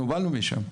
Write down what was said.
אנחנו באנו משם,